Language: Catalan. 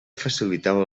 facilitava